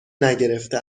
نگرفته